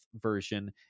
version